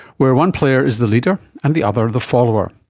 where one player is the leader and the other the follower.